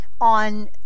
on